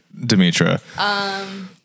Demetra